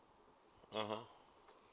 (uh huh)